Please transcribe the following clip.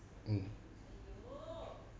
mm